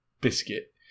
biscuit